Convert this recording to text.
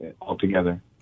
altogether